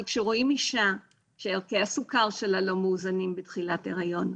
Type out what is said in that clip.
אבל כשרואים אישה שערכי הסוכר שלה לא מאוזנים בתחילת היריון,